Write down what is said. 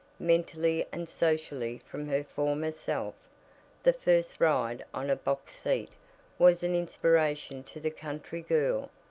mentally and socially from her former self the first ride on a box seat was an inspiration to the country girl,